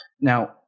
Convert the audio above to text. Now